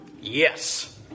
Yes